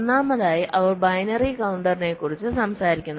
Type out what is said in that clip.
ഒന്നാമതായി അവർ ബൈനറി കൌണ്ടറിനെക്കുറിച്ച് സംസാരിക്കുന്നു